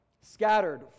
scattered